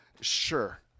sure